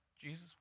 Jesus